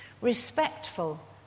Respectful